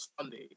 Sunday